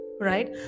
right